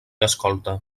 escolta